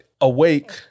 awake